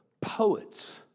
poets